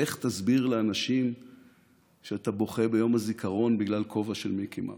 לך תסביר לאנשים שאתה בוכה ביום הזיכרון על כובע מיקי מאוס.